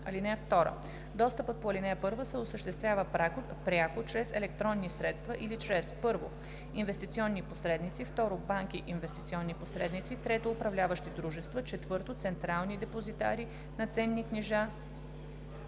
(2) Достъпът по ал. 1 се осъществява пряко чрез електронни средства или чрез: 1. инвестиционни посредници; 2. банки – инвестиционни посредници; 3. управляващи дружества; 4. централни депозитари на ценни книжа